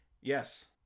yes